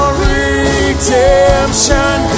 redemption